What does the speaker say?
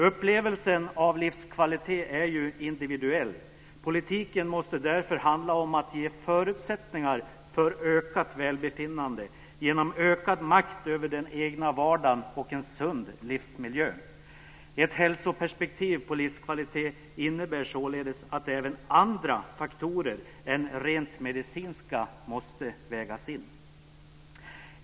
Upplevelsen av livskvalitet är ju individuell. Politiken måste därför handla om att ge förutsättningar för ökat välbefinnande genom ökad makt över den egna vardagen och en sund livsmiljö. Ett hälsoperspektiv på livskvalitet innebär således att även andra faktorer än rent medicinska måste vägas in.